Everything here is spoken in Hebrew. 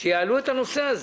שיעלו את הנושא הזה.